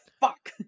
fuck